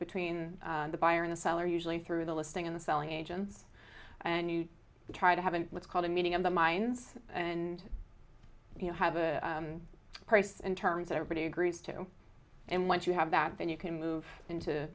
between the buyer in the seller usually through the listing and the selling agents and you try to have an what's called a meeting of the minds and you have a price in terms everybody agrees to and once you have that then you can move into